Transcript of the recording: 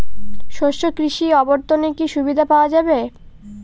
শস্য কৃষি অবর্তনে কি সুবিধা পাওয়া যাবে?